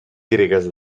gregues